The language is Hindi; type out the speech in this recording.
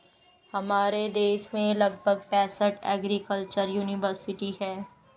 हमारे देश में लगभग पैंसठ एग्रीकल्चर युनिवर्सिटी है